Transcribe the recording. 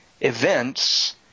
events